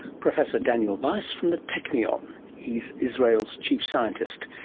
professor daniel weihs from the technion. um he's israel's chief scientist,